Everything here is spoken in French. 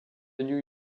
new